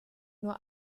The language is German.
nur